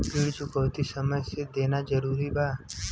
ऋण चुकौती समय से देना जरूरी बा?